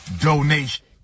donation